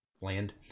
land